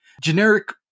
Generic